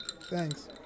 Thanks